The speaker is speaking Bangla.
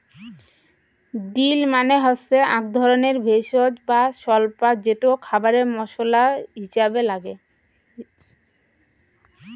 ডিল মানে হসে আক ধরণের ভেষজ বা স্বল্পা যেটো খাবারে মশলা হিছাবে নাগে